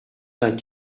d’un